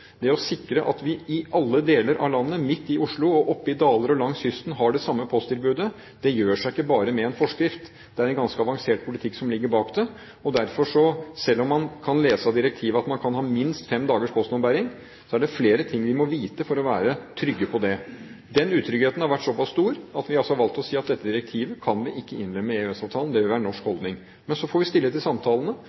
Det å sikre at vi i alle deler av landet, midt i Oslo, oppe i dalene og langs kysten har det samme posttilbudet, gjør seg ikke bare med en forskrift. Det er en ganske avansert politikk som ligger bak det. Selv om man kan lese av direktivet at man kan ha minst fem dagers postombæring, er det derfor flere ting vi må vite for å være trygge på det. Den utryggheten har vært såpass stor at vi altså har valgt å si at dette direktivet kan vi ikke innlemme i EØS-avtalen. Det vil være norsk holdning. Men så får vi stille til samtalene,